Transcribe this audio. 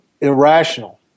irrational